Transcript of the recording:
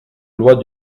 loi